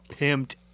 pimped